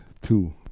two